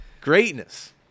greatness